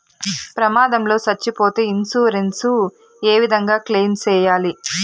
ప్రమాదం లో సచ్చిపోతే ఇన్సూరెన్సు ఏ విధంగా క్లెయిమ్ సేయాలి?